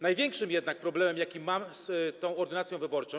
Największym jednak problemem, jaki mam z tą ordynacją wyborczą.